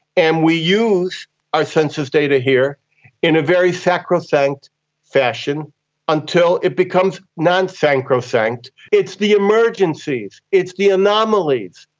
and we use our census data here in a very sacrosanct fashion until it becomes non-sacrosanct. it's the emergencies, it's the anomalies,